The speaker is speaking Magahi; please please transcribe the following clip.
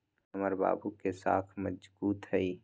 हमर बाबू के साख मजगुत हइ